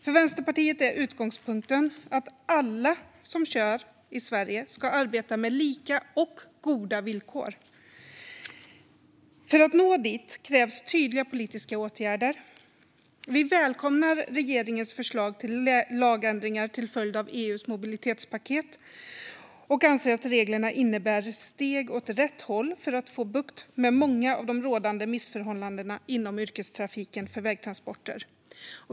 För Vänsterpartiet är utgångspunkten att alla som kör i Sverige ska arbeta med lika och goda villkor. För att nå dit krävs tydliga politiska åtgärder. Vi välkomnar regeringens förslag till lagändringar till följd av EU:s mobilitetspaket och anser att reglerna innebär steg åt rätt håll för att få bukt med många av de rådande missförhållandena inom yrkestrafiken för vägtransporter.